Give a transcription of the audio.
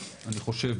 אני חושב,